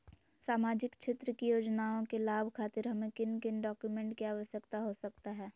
सामाजिक क्षेत्र की योजनाओं के लाभ खातिर हमें किन किन डॉक्यूमेंट की आवश्यकता हो सकता है?